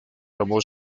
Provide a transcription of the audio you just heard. tomó